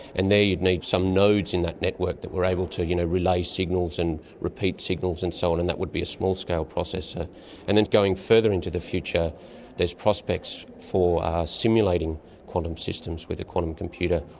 and there you'd need some nodes in that network that were able to you know relay signals and repeat signals and so on, and that would be a small-scale process. ah and then going further into the future there's prospects for simulating quantum systems with a quantum computer,